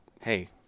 hey